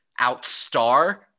outstar